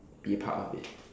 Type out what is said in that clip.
be part of it